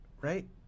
right